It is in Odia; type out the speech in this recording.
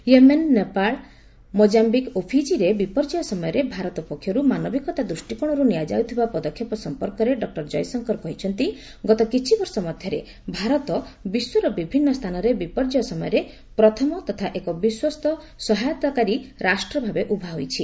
ୟେମେନ୍ ନେପାଳ ମୋଜାୟିକ୍ ଏବଂ ଫିଜିରେ ବିପର୍ଯ୍ୟୟ ସମୟରେ ଭାରତ ପକ୍ଷରୁ ମାନବିକତା ଦୃଷ୍ଟିକୋଣରୁ ନିଆଯାଇଥିବା ପଦକ୍ଷେପ ସମ୍ପର୍କରେ ଡକ୍ଟର ଜୟଶଙ୍କର କହିଛନ୍ତି ଗତ କିଛିବର୍ଷ ମଧ୍ୟରେ ଭାରତ ବିଶ୍ୱର ବିଭିନ୍ନ ସ୍ଥାନରେ ବିପର୍ଯ୍ୟୟ ସମୟରେ ପ୍ରଥମ ତଥା ଏକ ବିଶ୍ୱସ୍ତ ସହାୟତାକାରୀ ରାଷ୍ଟ୍ରଭାବେ ଉଭା ହୋଇଛି